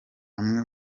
amwe